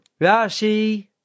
Rashi